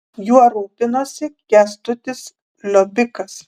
juo rūpinosi kęstutis liobikas